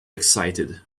excited